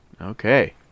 Okay